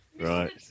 Right